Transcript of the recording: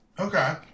Okay